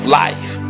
life